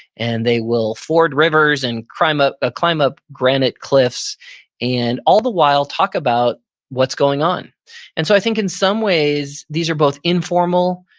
and they will ford rivers and climb up ah climb up granite cliffs and all the while talk about what's going on and so i think in some ways, these are both informal,